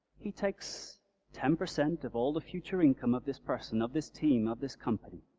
he takes ten percent of all the future income of this person, of this team, of this company.